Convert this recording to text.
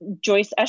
Joyce